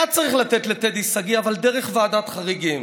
היה צריך לתת לטדי שגיא, אבל דרך ועדת חריגים.